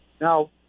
now